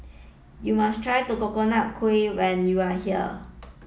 you must try Coconut Kuih when you are here